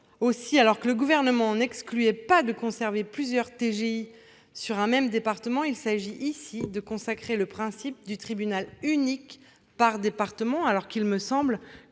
Aussi, alors que le Gouvernement n'excluait pas de conserver plusieurs TGI sur un même département, il s'agit ici de consacrer le principe du tribunal unique par département. Il me semble